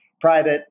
private